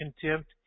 contempt